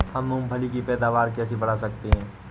हम मूंगफली की पैदावार कैसे बढ़ा सकते हैं?